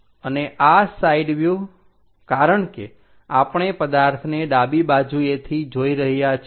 અને આ side view કારણ કે આપણે પદાર્થને ડાબી બાજુએથી જોઈ રહ્યા છીએ